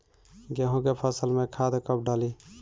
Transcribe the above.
गेहूं के फसल में खाद कब डाली?